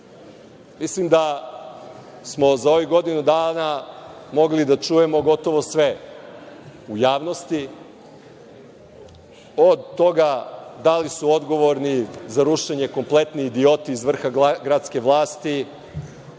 da smo za ovih godinu dana mogli da čujemo gotovo sve u javnosti, od toga da li su odgovorni za rušenje kompletni idioti iz vrha gradske vlasti,